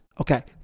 Okay